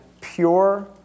pure